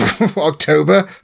October